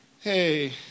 hey